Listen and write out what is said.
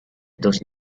dos